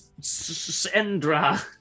Sandra